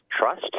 trust